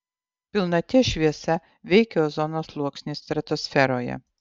pilnaties šviesa veikia ozono sluoksnį stratosferoje